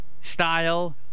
style